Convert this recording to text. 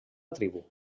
tribu